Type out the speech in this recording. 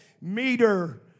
meter